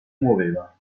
muoveva